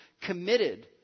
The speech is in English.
committed